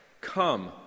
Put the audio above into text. Come